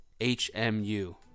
HMU